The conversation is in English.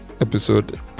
episode